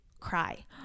cry